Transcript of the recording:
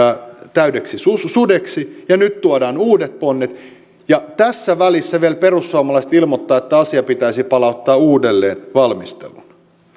täydeksi sudeksi ja nyt tuodaan uudet ponnet ja tässä välissä vielä perussuomalaiset ilmoitti että asia pitäisi palauttaa uudelleen valmisteluun